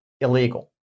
illegal